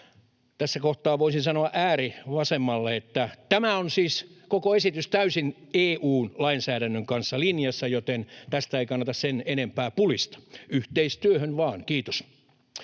Tässä kohtaa voisin sanoa äärivasemmalle, että tämä koko esitys on siis täysin EU:n lainsäädännön kanssa linjassa, joten tästä ei kannata sen enempää pulista. Yhteistyöhön vaan, kiitos.